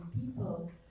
people